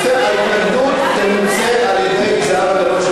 זה נושא רגיש ביותר,